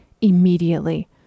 immediately